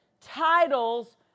titles